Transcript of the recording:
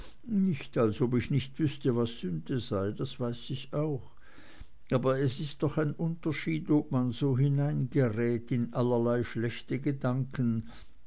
nicht als ob ich nicht wüßte was sünde sei das weiß ich auch aber es ist doch ein unterschied ob man so hineingerät in allerlei schlechte gedanken